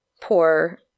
poor